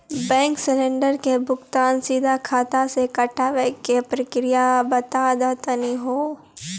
Gas cylinder के भुगतान सीधा खाता से कटावे के प्रक्रिया बता दा तनी हो?